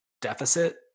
deficit